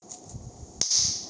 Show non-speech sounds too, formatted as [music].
[noise]